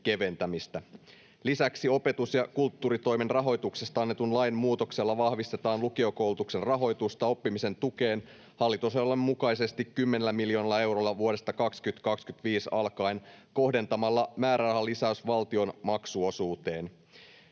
Lisäksi opetus- ja kulttuuritoimen rahoituksesta annetun lain muutoksella vahvistetaan lukiokoulutuksen rahoitusta oppimisen tukeen hallitusohjelman mukaisesti 10 miljoonalla eurolla vuodesta 2025 alkaen kohdentamalla määrärahalisäys valtion maksuosuuteen.